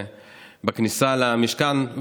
בכניסה למשכן,